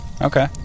Okay